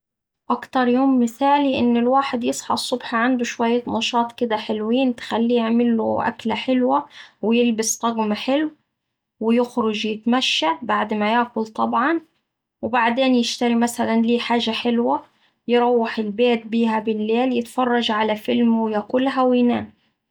أكتر يوم مثالي إن الواحد يصحا الصبح عنده شوية نشاط كدا حلوين تخليه يعمله أكلة حلوة ويلبس طقم حلو ويخرج يتمشا بعد ما ياكل طبعا وبعدين يشتري مثلا ليه حاجة حلوة، يروح البيت بيها بالليل يتفرج على فيلم وياكلها وينام.